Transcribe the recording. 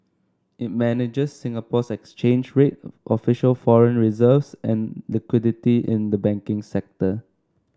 it manages Singapore's exchange rate official foreign reserves and liquidity in the banking sector